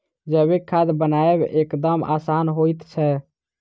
जैविक खाद बनायब एकदम आसान होइत छै